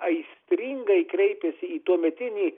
aistringai kreipėsi į tuometinį